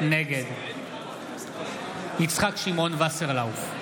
נגד יצחק שמעון וסרלאוף,